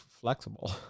flexible